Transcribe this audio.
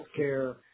healthcare